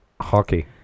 Hockey